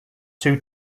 two